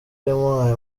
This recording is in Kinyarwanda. yamuhaye